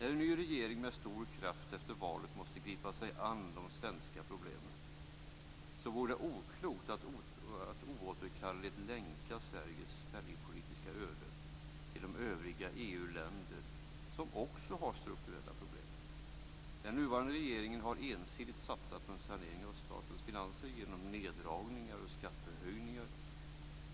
När en ny regering med stor kraft efter valet måste gripa sig an de svenska problemen vore det oklokt att oåterkalleligt länka Sveriges penningpolitiska öde till de övriga EU-länder som också har strukturella problem. Den nuvarande regeringen har ensidigt satsat på en sanering av statens finanser genom neddragningar och skattehöjningar,